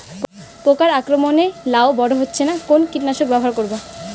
পোকার আক্রমণ এ লাউ বড় হচ্ছে না কোন কীটনাশক ব্যবহার করব?